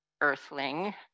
Earthling